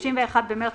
(31 במרץ